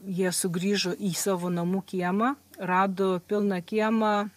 jie sugrįžo į savo namų kiemą rado pilną kiemą